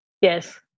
Yes